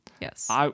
Yes